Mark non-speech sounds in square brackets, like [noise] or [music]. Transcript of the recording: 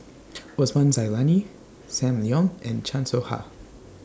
[noise] Osman Zailani SAM Leong and Chan Soh Ha